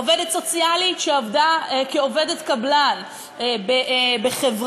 עובדת סוציאלית שעבדה כעובדת קבלן בחברה,